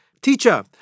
Teacher